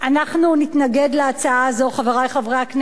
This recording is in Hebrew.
לכן אנחנו נתנגד להצעה הזאת, חברי חברי הכנסת.